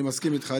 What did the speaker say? אני מסכים איתך.